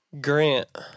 Grant